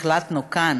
החלטנו כאן